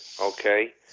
okay